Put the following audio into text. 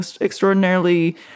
extraordinarily